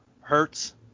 Hertz